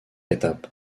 étapes